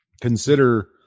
consider